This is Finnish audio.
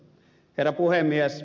herra puhemies